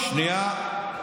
שנייה,